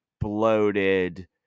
bloated